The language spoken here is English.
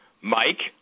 Mike